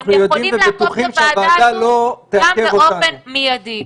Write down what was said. אתם יכולים להפנות לוועדה הזו גם באופן מיידי.